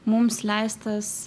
mums leistas